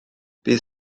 bydd